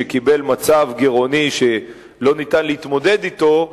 שקיבל מצב גירעוני שלא ניתן להתמודד אתו,